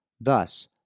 Thus